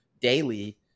daily